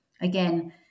again